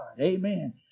Amen